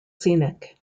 scenic